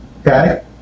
okay